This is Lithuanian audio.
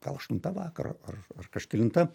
gal aštunta vakaro ar ar kažkelinta